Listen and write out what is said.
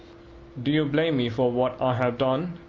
do you blame me for what i have done?